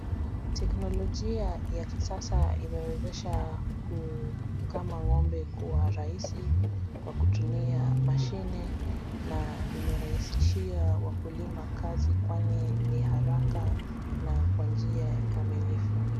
Teknolojia ya kisasa imewezesha kukama ng'ombe kwa rahisi kwa kutumia mashine na imerahisishia wakulima kazi kwani ni haraka na kwa nji ya kamilifu.